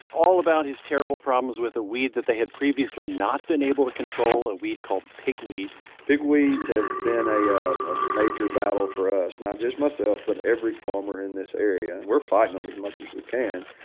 all about his terrible problems with a weed that they had previously not been able to control, a weed called pigweed pigweeds have been a ah ah major major battle for us not just myself but every farmer in this area. and we're fighting them as much as we can.